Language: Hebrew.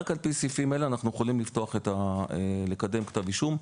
רק על-פי סעיפים אלה אנחנו יכולים לקדם כתב אישום.